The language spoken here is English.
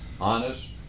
honest